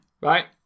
right